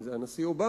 אם זה הנשיא אובמה,